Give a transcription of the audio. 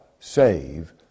Save